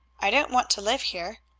i don't want to live here.